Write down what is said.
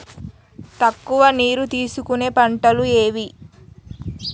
తక్కువ నీరు తీసుకునే పంటలు ఏవి?